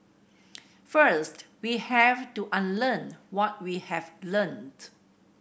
first we have to unlearn what we have learnt